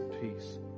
peace